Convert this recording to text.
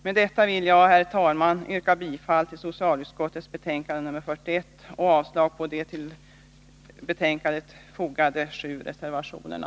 Med detta vill jag, herr talman, yrka bifall till hemställan i socialutskottets betänkande nr 41 och avslag på de till betänkandet fogade sju reservationerna.